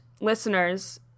listeners